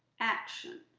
action.